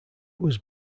was